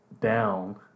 down